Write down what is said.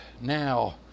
now